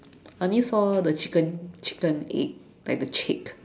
I only saw the chicken chicken egg like the chick